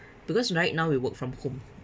because right now we work from home